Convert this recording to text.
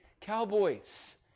Cowboys